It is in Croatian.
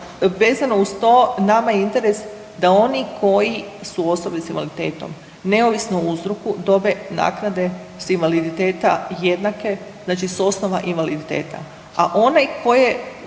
vezano uz to nama je interes da oni koji su osobe s invaliditetom neovisno o uzroku dobe nakade s invaliditeta jednake znači s osnova invaliditeta. A onaj tko je